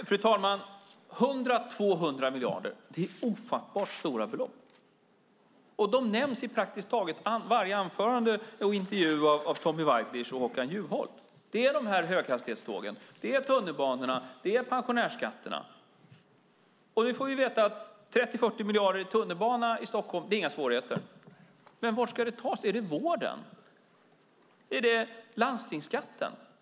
Fru talman! 100-200 miljarder är ofattbart stora belopp, och de nämns i praktiskt taget varje anförande och intervju av Tommy Waidelich och Håkan Juholt. Det är höghastighetstågen, det är tunnelbanorna och det är pensionsskatterna. Nu får vi veta att 30-40 miljarder i tunnelbana i Stockholm inte är några svårigheter. Men var ska pengarna tas? Är det i vården? Handlar det om landstingsskatten?